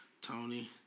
Tony